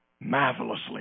marvelously